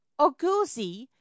Oguzi